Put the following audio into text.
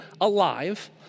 alive